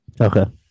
Okay